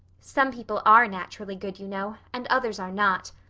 some people are naturally good, you know, and others are not.